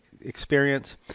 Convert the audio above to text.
experience